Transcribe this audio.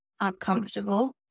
uncomfortable